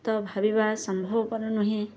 ତ ଭାବିବା ସମ୍ଭବପର ନୁହେଁ